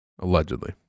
Allegedly